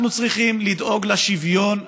אנחנו צריכים לדאוג לשוויון הזה,